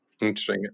Interesting